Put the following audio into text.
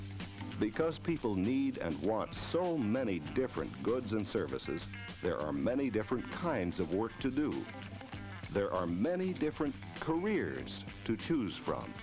enjoyable because people need and want so many different goods and services there are many different kinds of work to do there are many different careers to choose from